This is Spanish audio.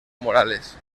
morales